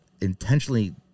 intentionally